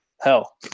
hell